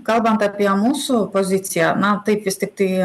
kalbant apie mūsų poziciją na taip jis tiktai